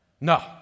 No